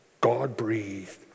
God-breathed